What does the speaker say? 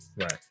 Right